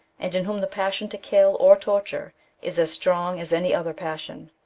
and in whom the passion to kill or torture is as strong as any other passion.